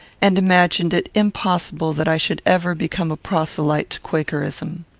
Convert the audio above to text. and imagined it impossible that i should ever become a proselyte to quakerism.